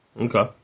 Okay